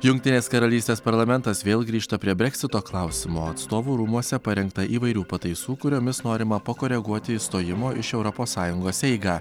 jungtinės karalystės parlamentas vėl grįžta prie breksito klausimo stovų rūmuose parengtą įvairių pataisų kuriomis norima pakoreguoti išstojimo iš europos sąjungos eigą